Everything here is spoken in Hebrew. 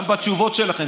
גם בתשובות שלכם,